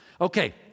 Okay